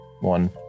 one